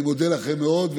אני מודה לכם מאוד.